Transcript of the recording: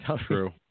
True